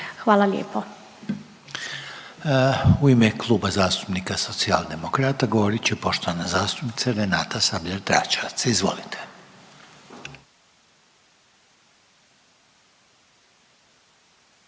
će završno u ime Kluba zastupnika Socijaldemokrata govoriti poštovana zastupnica Renata Sabljar-Dračevac, izvolite.